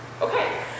Okay